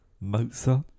Mozart